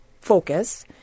focus